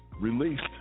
released